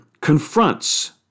confronts